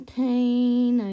pain